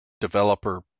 developer